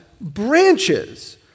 branches